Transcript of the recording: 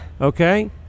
Okay